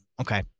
Okay